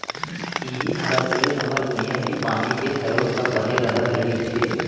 इहीं सब ले हमर भुंइया के पानी के सरोत ह बने रहत रहिस हे